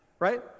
right